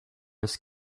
his